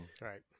Right